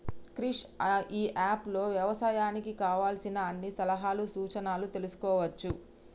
క్రిష్ ఇ app లో వ్యవసాయానికి కావలసిన అన్ని సలహాలు సూచనలు తెల్సుకోవచ్చు